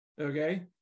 okay